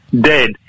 dead